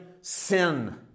sin